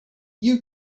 you